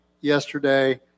yesterday